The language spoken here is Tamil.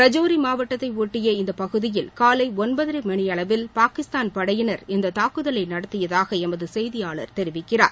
ரஜோரி மாவட்டத்தை ஒட்டிய இந்த பகுதியில் காலை ஒன்பதரை மணியளவில் பாகிஸ்தான் படையினர் இந்த தாக்குதலை நடத்தியதாக எமது செய்தியாளர் தெரிவிக்கிறார்